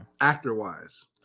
Actor-wise